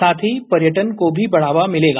साथ ही पर्यटन को भी बढ़ावा मिलेगा